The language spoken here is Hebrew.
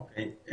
אוקיי.